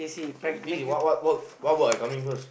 okay this is what what work what work I coming first